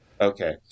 Okay